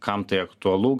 kam tai aktualu